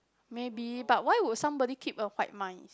maybe but why would somebody keep a white mice